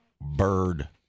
bird